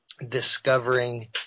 discovering